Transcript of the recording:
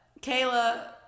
Kayla